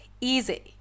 easy